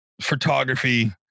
photography